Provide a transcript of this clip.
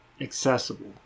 accessible